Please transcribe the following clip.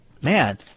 Man